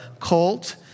cult